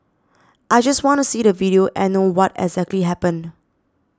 I just want to see the video and know what exactly happened